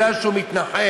מפני שהוא מתנחל,